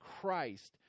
Christ